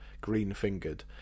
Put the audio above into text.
green-fingered